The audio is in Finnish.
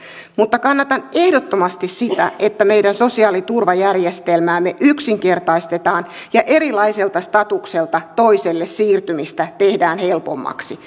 mutta kannatan ehdottomasti sitä että meidän sosiaaliturvajärjestelmäämme yksinkertaistetaan ja erilaiselta statukselta toiselle siirtymistä tehdään helpommaksi